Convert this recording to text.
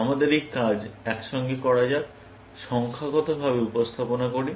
আমাদের এই কাজ এক সঙ্গে করা যাক সংখ্যাগতভাবে উপস্থাপনা করি